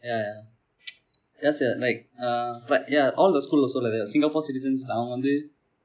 ya ya ya sia like uh like ya all the school also like that Singapore citizens அவங்க வந்து:avangka vandthu